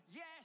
Yes